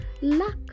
luck